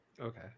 okay